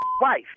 wife